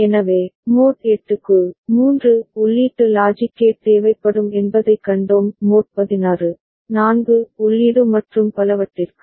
எனவே மோட் 8 க்கு 3 உள்ளீட்டு லாஜிக் கேட் தேவைப்படும் என்பதைக் கண்டோம் மோட் 16 4 உள்ளீடு மற்றும் பலவற்றிற்கு